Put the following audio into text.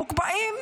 מוקפאים,